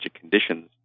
conditions